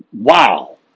Wow